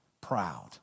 proud